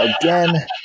again